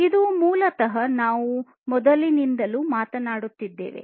ಇದು ಮೂಲತಃ ನಾವು ಮೊದಲಿನಿಂದಲೂ ಮಾತನಾಡುತ್ತಿದ್ದೇವೆ